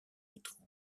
étrange